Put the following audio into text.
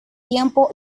tiempo